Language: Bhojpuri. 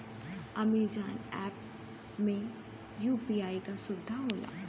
अमेजॉन ऐप में यू.पी.आई क सुविधा होला